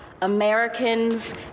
Americans